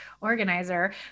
organizer